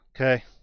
Okay